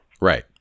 Right